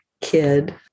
kid